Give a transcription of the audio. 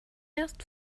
erst